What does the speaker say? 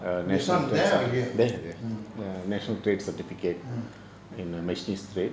this [one] there or here